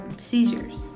seizures